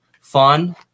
fun